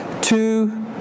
two